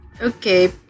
okay